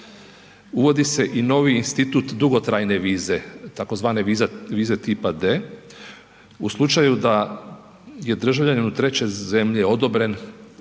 uvodi se i novi institut dugotrajne vize, tzv. vize tipa D, u slučaju da je državljanin u trećoj zemlji odobren